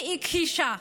היא הכחישה.